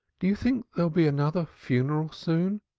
do you think there'll be another funeral soon.